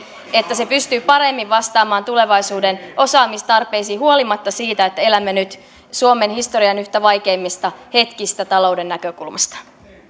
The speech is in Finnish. että se pystyy paremmin vastaamaan tulevaisuuden osaamistarpeisiin huolimatta siitä että elämme nyt suomen historian yhtä vaikeimmista hetkistä talouden näkökulmasta